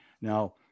Now